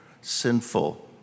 sinful